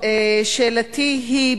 שאלתי היא,